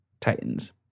Titans